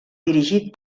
dirigit